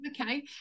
okay